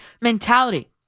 mentality